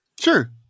Sure